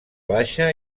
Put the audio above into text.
baixa